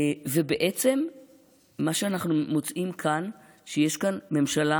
בעצם מה שאנחנו מוצאים כאן זה שיש כאן ממשלה